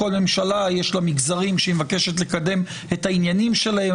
כל ממשלה יש לה מגזרים שהיא מבקשת לקדם את העניינים שלהם,